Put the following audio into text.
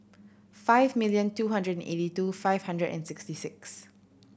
five million two hundred and eighty two five hundred and sixty six